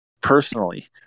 personally